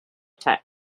tech